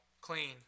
clean